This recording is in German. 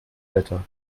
wetter